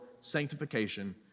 sanctification